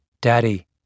Daddy